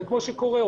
כמו שקורה,